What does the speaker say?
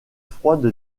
froide